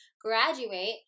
graduate